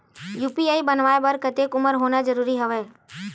UPI बनवाय बर कतेक उमर होना जरूरी हवय?